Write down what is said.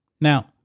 Now